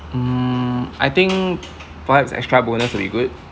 mm I think perhaps extra bonus will be good